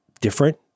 different